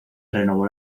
renovó